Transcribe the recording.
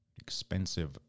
expensive